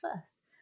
first